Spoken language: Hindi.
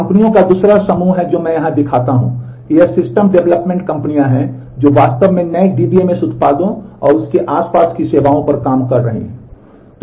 कंपनियों का दूसरा समूह जो मैं यहां दिखाता हूं ये सिस्टम डेवलपमेंट कंपनियां हैं जो वास्तव में नए DBMS उत्पादों और उसके आसपास की सेवाओं पर काम कर रही हैं